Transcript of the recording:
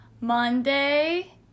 Monday